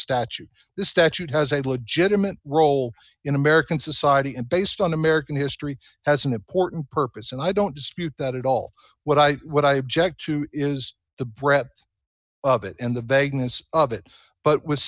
statute the statute has a legitimate role in american society and based on american history has an important purpose and i don't dispute that at all what i what i object to is the bretts of it and the vagueness of it but w